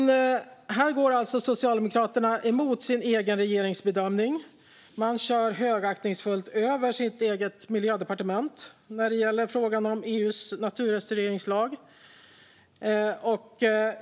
Här går alltså Socialdemokraterna emot sin egen regerings bedömning. Man kör högaktningsfullt över sitt eget miljödepartement när det gäller frågan om EU:s naturrestaureringslag.